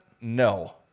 No